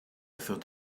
thought